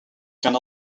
can